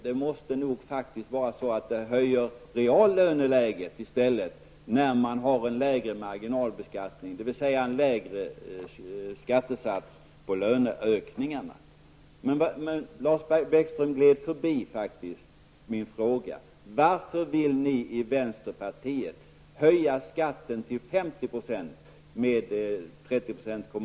Det måste rimligen vara så att reallönen blir högre om marginalskatten är lägre, dvs. om det är en lägre skattesats på löneökningarna. Lars Bäckström gled förbi min fråga: Varför vill ni i vänsterpartiet höja skatten till 50 % vid 30 % kr.?